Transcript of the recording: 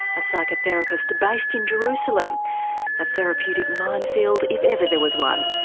a psychotherapist based in jerusalem a therapeutic minefield if ever there was one.